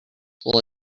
will